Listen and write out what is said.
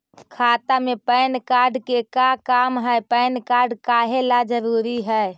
खाता में PAN card के का काम है पैन कार्ड काहे ला जरूरी है?